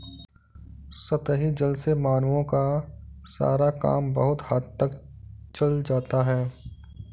सतही जल से मानवों का सारा काम बहुत हद तक चल जाता है